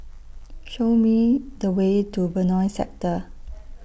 Show Me The Way to Benoi Sector